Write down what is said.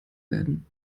werden